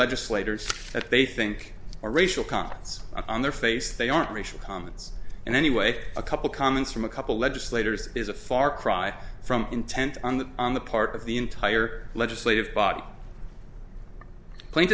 legislators that they think are racial comments on their face they aren't racial comments and anyway a couple comments from a couple legislators is a far cry from intent on the on the part of the entire legislative body